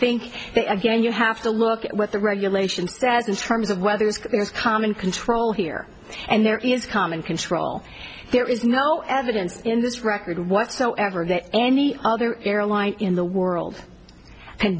that again you have to look at what the regulation says in terms of whether it's common control here and there is common control there is no evidence in this record whatsoever that any other airline in the world